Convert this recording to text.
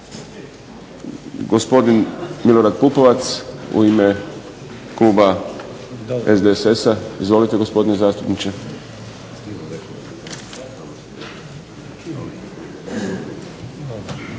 Gospodin Milorad Pupovac u ime kluba SDSS-a. Izvolite, gospodine zastupniče.